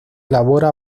elabora